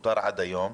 מותר עד היום.